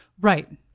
Right